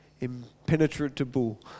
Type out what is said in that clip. Impenetrable